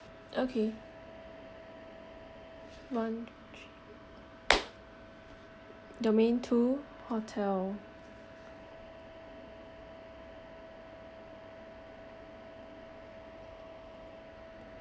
okay one domain two hotel